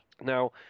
Now